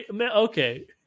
Okay